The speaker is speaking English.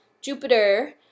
Jupiter